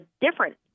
different